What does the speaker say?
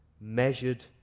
measured